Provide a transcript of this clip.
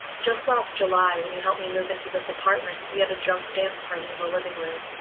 just last july when you helped me move into this apartment we had a drunk dance party in the living room.